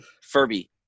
Furby